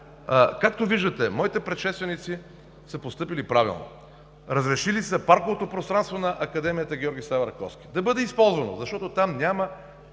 Както виждате, моите предшественици са постъпили правилно. Разрешили са парковото пространство на Академията „Георги Сава Раковски“ да бъде използвано, защото там няма